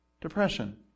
Depression